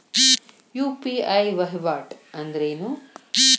UPI ವಹಿವಾಟ್ ಅಂದ್ರೇನು?